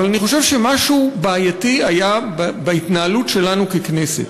אבל אני חושב שמשהו בעייתי היה בהתנהלות שלנו ככנסת.